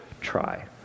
try